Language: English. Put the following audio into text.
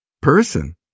person